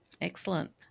Excellent